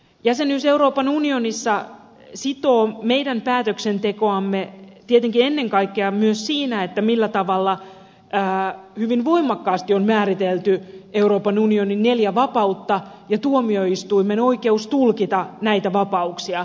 jäsenyys euroopan unionissa sitoo meidän päätöksentekoamme tietenkin ennen kaikkea myös siinä millä tavalla hyvin voimakkaasti on määritelty euroopan unionin neljä vapautta ja tuomioistuimen oikeus tulkita näitä vapauksia